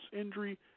injury